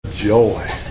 joy